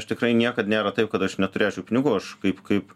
aš tikrai niekad nėra taip kad aš neturėčiau pinigų aš kaip kaip